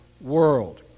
world